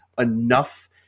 enough